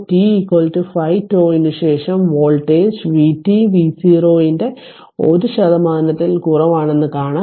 T 5τ ന് ശേഷം voltage vt v0ന്റെ 1 ശതമാനത്തിൽ കുറവാണെന്ന് കാണാം